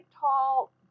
tall